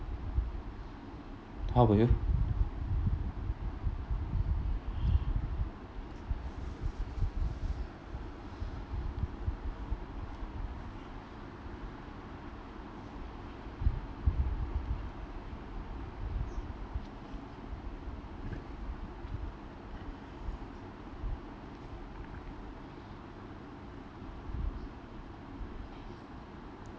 how about you